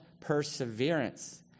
perseverance